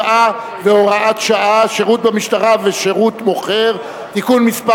7 והוראת שעה) (שירות במשטרה ושירות מוכר) (תיקון מס'